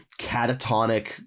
catatonic